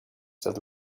that